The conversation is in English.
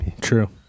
True